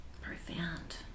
Profound